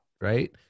right